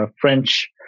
French